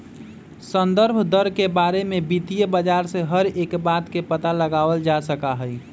संदर्भ दर के बारे में वित्तीय बाजार से हर एक बात के पता लगावल जा सका हई